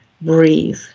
breathe